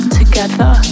together